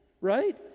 right